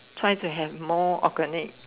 try to have more organic